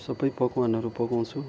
सबै पकवानहरू पकाउँछु